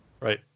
right